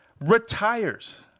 retires